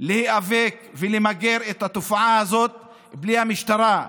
להיאבק ולמגר את התופעה הזאת בלי המשטרה.